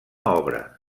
obra